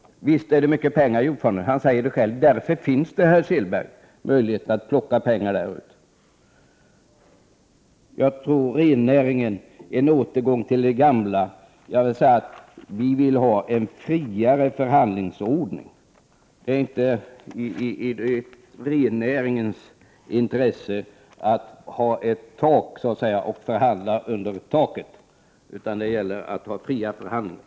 Visst finns det mycket pengar i jordfonden — herr Selberg sade det själv — och därför finns det möjlighet att plocka pengar ur den. Till slut några ord om rennäringen. En återgång till den gamla förhandlingsordningen är inget att stå efter, enligt herr Selberg. Jag vill säga att vi vill ha en friare förhandlingsordning. Det är inte i rennäringens intresse att så att säga ha ett tak att förhandla under, utan det gäller att ha fria förhandlingar.